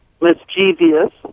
mischievous